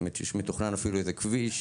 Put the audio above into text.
מתוכנן אפילו איזה כביש,